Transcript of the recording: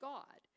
God